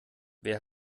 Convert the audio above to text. wer